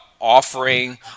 offering